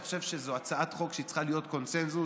אני חושב שזו הצעת חוק שצריכה להיות בקונסנזוס,